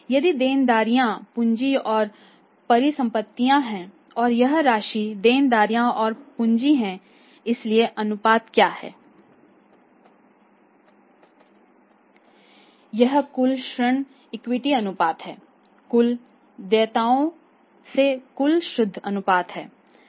यह देनदारियां पूंजी और परिसंपत्तियां हैं और यह राशि देनदारियां और पूंजी है इसलिए अनुपात क्या है यह कुल ऋण इक्विटी अनुपात है कुल देयताओं से कुल शुद्ध अनुपात है